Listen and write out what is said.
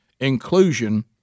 inclusion